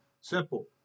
Simple